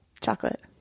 Chocolate